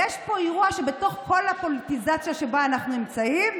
יש פה אירוע שבתוך כל הפוליטיזציה שבה אנחנו נמצאים,